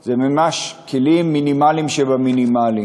זה ממש כלים מינימליים שבמינימליים.